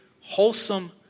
wholesome